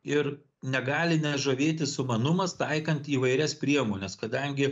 ir negali nežavėti sumanumas taikant įvairias priemones kadangi